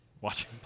watching